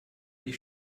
die